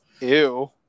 Ew